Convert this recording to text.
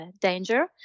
danger